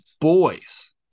boys